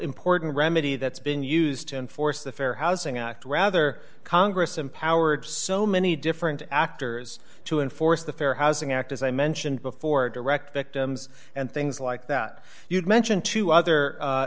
important remedy that's been used to enforce the fair housing act rather congress empowered so many different actors to enforce the fair housing act as i mentioned before direct victims and things like that you mention two other